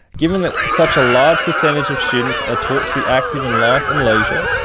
given that such a large percentage of students are taught to be active in life and leisure,